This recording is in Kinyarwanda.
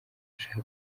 ashaka